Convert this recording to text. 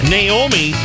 Naomi